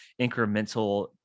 incremental